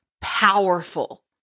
powerful